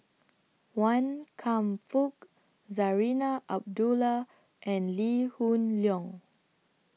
Wan Kam Fook Zarinah Abdullah and Lee Hoon Leong